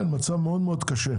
כן, מצב מאוד מאוד קשה.